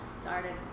started